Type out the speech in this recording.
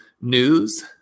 news